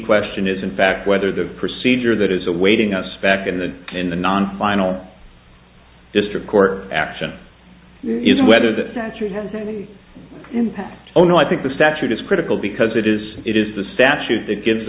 question is in fact whether the procedure that is awaiting us back in the in the non final district court action is whether this century has any impact oh no i think the statute is critical because it is it is the statute that gives